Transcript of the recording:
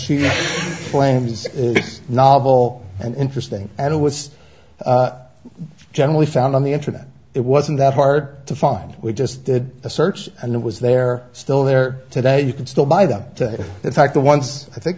she claims is novel and interesting and it was generally found on the internet it wasn't that hard to find we just did a search and it was there still there today you can still buy them in fact the ones i think